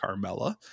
Carmella